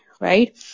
right